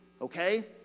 Okay